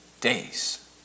days